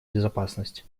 безопасность